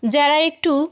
যারা একটু